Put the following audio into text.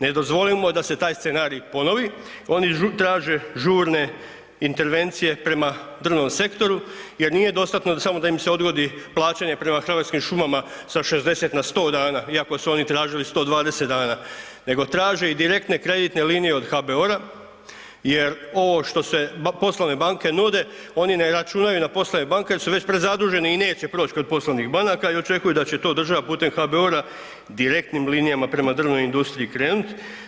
Ne dozvolimo da se taj scenarij ponovi, oni traže žurne intervencije prema drvnom sektoru jer nije dostatno samo da im se odgodi plaćanje prema Hrvatskim šumama sa 60 na 100 dana iako su oni tražili 120 dana, nego traže i direktne kreditne linije od HBOR-a jer ovo što se poslovne banke nude oni ne računaju na poslovne banke jer su već prezaduženi i neće proći kod poslovnih banaka i očekuje da će to država putem HBOR-a direktnim linijama prema drvnoj industriji krenut.